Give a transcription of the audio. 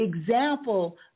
example